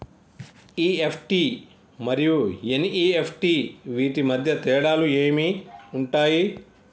EFT మరియు NEFT వీటి మధ్య తేడాలు ఏమి ఉంటాయి?